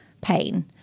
pain